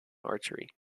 archery